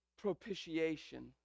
propitiation